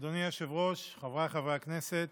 אדוני היושב-ראש, חבריי חברי הכנסת,